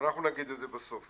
אנחנו נגיד את זה בסוף.